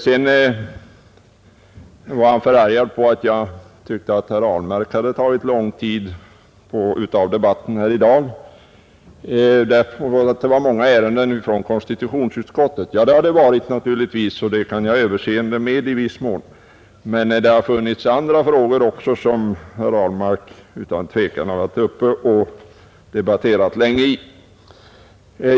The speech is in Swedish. Han var också förargad över att jag ansåg att herr Ahlmark hade upptagit lång tid med sina anföranden under debatterna i dag och menade att det var många ärenden från konstitutionsutskottet. Det har det naturligtvis varit och det kan jag i viss mån ha överseende med, men det har också varit andra frågor som herr Ahlmark har varit uppe och debatterat länge i.